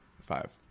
five